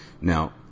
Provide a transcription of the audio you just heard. Now